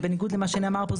בניגוד למה שנאמר פה,